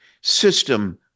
system